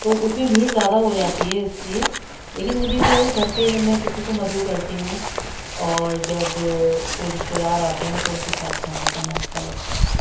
تو اس میں بھیڑ زیادہ ہو جاتی ہے اس لیے لیکن مجھے جو ہے گھر پہ جب میں کسی کو مدعو کرتی ہوں اور جب کوئی رشتہ دار آتے ہیں تو ان کے ساتھ کھانا کھانا اچھا لگتا ہے